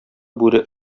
бүре